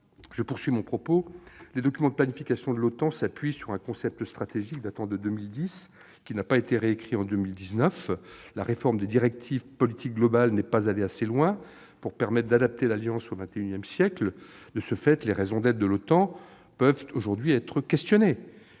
seuls. Enfin, les documents de planification de l'OTAN s'appuient sur un concept stratégique datant de 2010, qui n'a pas été récrit en 2019. La réforme des directives politiques globales n'est pas allée assez loin pour permettre d'adapter l'Alliance au XXI siècle. De ce fait, on peut aujourd'hui s'interroger